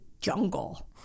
jungle